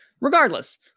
regardless